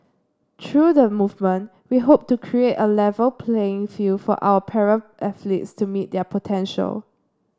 through the movement we hope to create A Level playing field for our para athletes to meet their potential